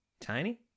Tiny